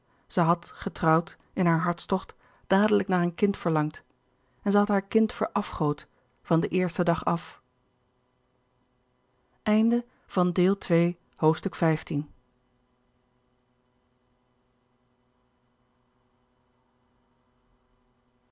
zij had getrouwd in haar hartstocht dadelijk naar een kind verlangd en zij had haar kind verafgood van den eersten dag af